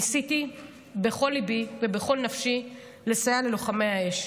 ניסיתי בכל ליבי ובכל נפשי לסייע ללוחמי האש,